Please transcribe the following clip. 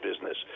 business